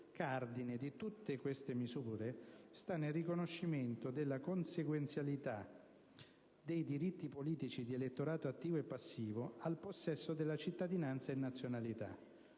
cardine di tutte queste misure sta nel riconoscimento della consequenzialità dei diritti politici di elettorato attivo e passivo al possesso della cittadinanza e nazionalità.